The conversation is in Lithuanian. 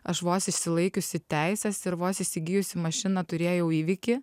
aš vos išsilaikiusi teises ir vos įsigijusi mašiną turėjau įvykį